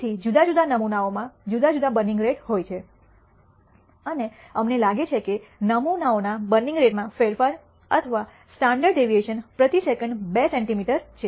તેથી જુદા જુદા નમૂનાઓમાં જુદા જુદા બર્નિંગ રેટ હોય છે અને અમને લાગે છે કે નમૂનાઓના બર્નિંગ રેટમાં ફેરફાર અથવા સ્ટાન્ડર્ડ ડેવિએશન પ્રતિ સેકંડ 2 સેન્ટિમીટર છે